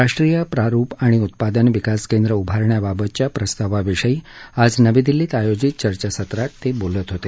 राष्ट्रीय प्रारूप आणि उत्पादन विकास केंद्र उभारण्याबाबतच्या प्रस्तावाविषयी आज नवी दिल्लीत आयोजित चर्चासत्रात ते बोलत होते